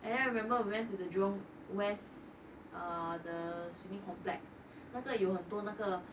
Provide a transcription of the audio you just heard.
and I remember we went to the jurong west ah the swimming complex 那个有很多那个